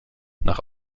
nach